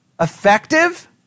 Effective